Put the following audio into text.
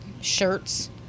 shirts